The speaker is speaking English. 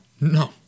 No